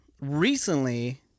recently